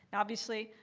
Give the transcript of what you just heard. obviously,